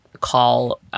call